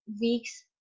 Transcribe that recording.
weeks